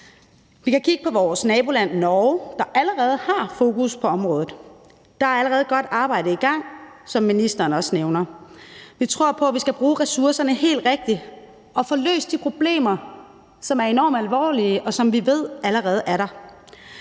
Vi kan kigge på vores naboland Norge, der allerede har fokus på området. Der er allerede et godt arbejde i gang, hvilket ministeren også nævner. Vi tror på, at vi skal bruge ressourcerne helt rigtigt og få løst de problemer, som er enormt alvorlige, og som vi ved allerede er der.